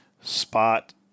Spot